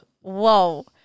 Whoa